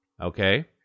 okay